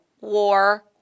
war